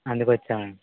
అందుకొచ్చాం అండి